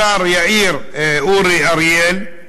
השר אורי אריאל,